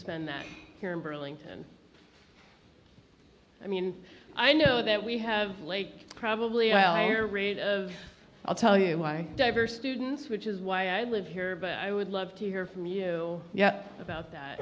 spend that here in burlington i mean i know that we have a late probably i or rate of i'll tell you why diverse students which is why i live here but i would love to hear from you about that